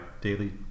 daily